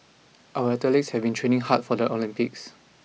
our athletes have been training hard for the Olympics